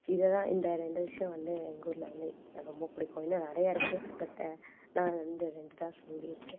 இதை தான் இந்த ரெண்டு விஷயம் வந்து எங்கூரில் வந்து ரொம்ப பிடிக்கும் இன்னும் நிறைய இருக்கு பட் நான் இந்த ரெண்டு தான் சொல்லியிருக்கேன்